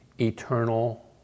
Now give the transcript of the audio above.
eternal